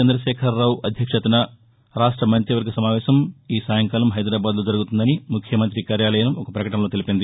చంద్రశేఖర రావు అధ్యక్షత రాష్ట మంత్రివర్గ సమావేశం ఈ రోజు సాయంకాలం హైదరాబాద్లో జరుగుతుందని ముఖ్యమంత్రి కార్యాలయం ఒక ప్రకటనలో తెలిపింది